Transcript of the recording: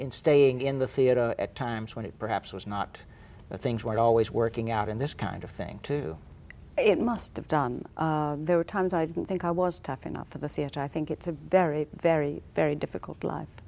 in staying in the theater at times when it perhaps was not things were always working out in this kind of thing to it must have done there were times i didn't think i was tough enough for the theatre i think it's a very very very difficult life